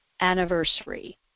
anniversary